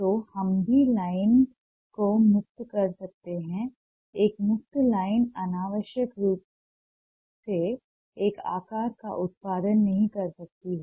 तो हम भी लाइन को मुक्त कर सकते हैं एक मुफ्त लाइन अनावश्यक रूप से एक आकार का उत्पादन नहीं कर सकती है